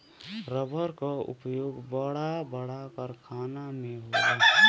रबड़ क उपयोग बड़ा बड़ा कारखाना में होला